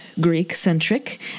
Greek-centric